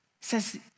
says